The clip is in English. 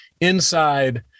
inside